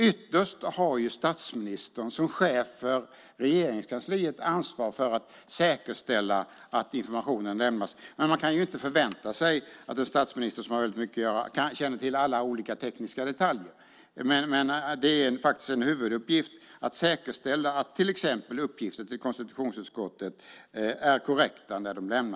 Ytterst har statsministern som chef för Regeringskansliet ansvar för att säkerställa att informationen lämnas, men man kan inte förvänta sig att en statsminister som har väldigt mycket att göra känner till alla tekniska detaljer. Men det är faktiskt en huvuduppgift att säkerställa att till exempel uppgifter som lämnas till konstitutionsutskottet är korrekta.